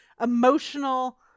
emotional